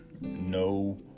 no